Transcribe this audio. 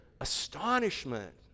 astonishment